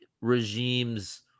regimes